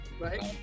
right